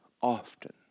often